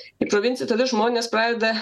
į provinciją tada žmonės pradeda